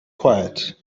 quiet